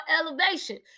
elevation